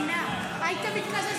הולך,